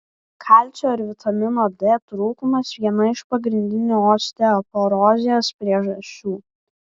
kalcio ir vitamino d trūkumas viena iš pagrindinių osteoporozės priežasčių